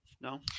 No